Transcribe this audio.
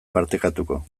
partekatuko